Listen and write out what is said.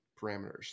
parameters